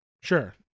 sure